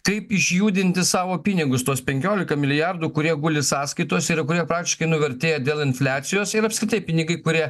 kaip išjudinti savo pinigus tuos penkioliką milijardų kurie guli sąskaitose kurie praktiškai nuvertėja dėl infliacijos ir apskritai pinigai kurie